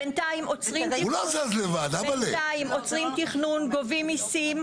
בינתיים עוצרים תכנון, גובים מיסים.